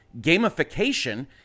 gamification